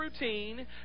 routine